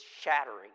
shattering